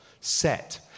set